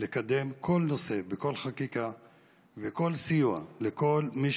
לקדם כל נושא וכל חקיקה וכל סיוע לכל מי